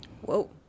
Whoa